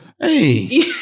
Hey